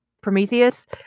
Prometheus